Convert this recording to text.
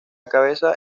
cabeza